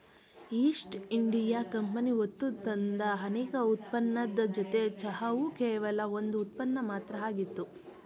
East India Company ಹೊತ್ತುತಂದ ಅನೇಕ ಉತ್ಪನ್ನದ್ ಜೊತೆ ಚಹಾವು ಕೇವಲ ಒಂದ್ ಉತ್ಪನ್ನ ಮಾತ್ರ ಆಗಿತ್ತು